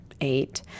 eight